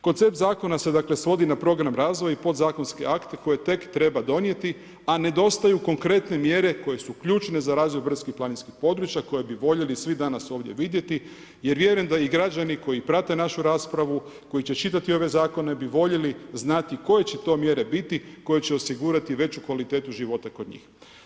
Koncept zakona se dakle svodi na program razvoja i podzakonske akte koje tek treba donijeti a nedostaju konkretne mjere koje su ključne za razvoj brdsko-planinskih područja koje bi voljeli svi danas ovdje vidjeti jer vjerujem da i građani koji prate našu raspravu, koji će čitati ove zakone bi voljeli znati koje će to mjere biti koje će osigurati veću kvalitetu života kod njih.